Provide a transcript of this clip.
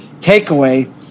takeaway